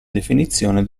definizione